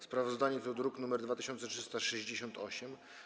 Sprawozdanie to druk nr 2368.